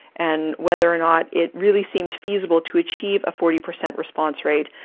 and whether or not it really seems feasible to achieve a forty percent response rate.